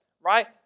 right